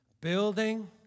building